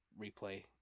Replay